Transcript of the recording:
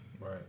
Right